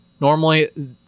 normally